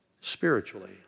spiritually